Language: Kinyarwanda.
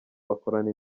bakorana